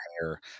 hair